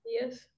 Yes